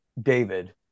David